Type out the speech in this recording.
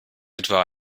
etwa